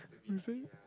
you say